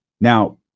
now